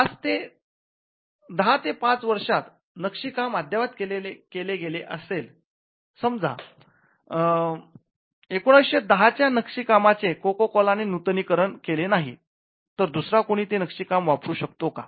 १० ते ५ वर्ष्यात नक्षीकाम अद्यावत केले गेले असेल समजा १९१० च्या नक्षीकामाचे कोको कोला ने नूतनीकरणं केले नाही तर दुसरा कुणीही ते नक्षीकाम वापरू शकतो का